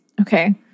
Okay